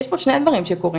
יש כאן שני דברים שקורים,